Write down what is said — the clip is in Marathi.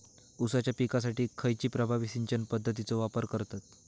ऊसाच्या पिकासाठी खैयची प्रभावी सिंचन पद्धताचो वापर करतत?